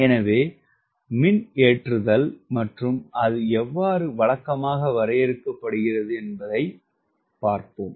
எனவே power loading மற்றும் அது எவ்வாறு வழக்கமாக வரையறுக்கப்படுகிறது என்பதைப் பார்ப்போம்